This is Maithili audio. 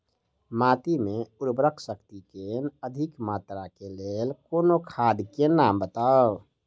माटि मे उर्वरक शक्ति केँ अधिक मात्रा केँ लेल कोनो खाद केँ नाम बताऊ?